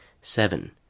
Seven